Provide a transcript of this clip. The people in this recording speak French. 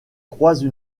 croisent